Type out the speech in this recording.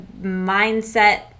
mindset